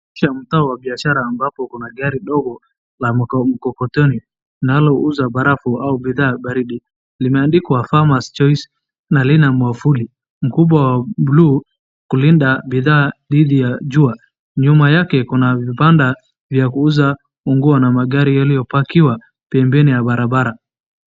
Inaonyesha mtaa wa biashara ambapo kuna gari ndogo la mkokoteni linalouza barafu au bidhaa baridi. Limeandikwa farmer's choice na lina mwavuli mkubwa wa buluu kulinda bidhaa dhidi ya jua. Nyuma yake kuna vibanda vya kuuza nguo na magari yaliyopakiwa pembeni ya barabara.